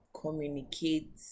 communicate